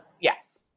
Yes